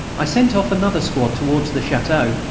i sent off another squad towards the chateau,